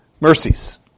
mercies